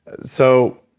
so,